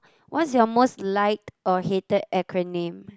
what's your most liked or hated acronym